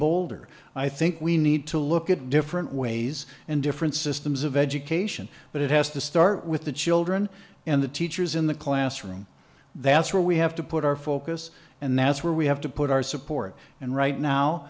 bolder i think we need to look at different ways and different systems of education but it has to start with the children and the teachers in the classroom that's where we have to put our focus and that's where we have to put our support and right now